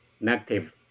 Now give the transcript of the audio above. negative